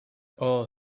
all